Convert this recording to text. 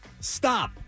stop